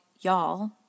y'all